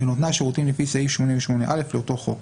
בנותנה שירותים לפי סעיף 88א לאותו חוק,